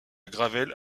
gravelle